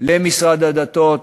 למשרד הדתות.